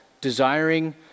desiring